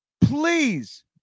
Please